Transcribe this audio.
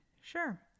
Sure